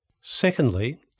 Secondly